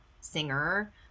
singer